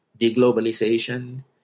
deglobalization